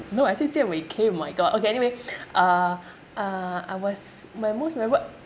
no I say jian wei came oh my god okay anyway uh uh I was my most memorable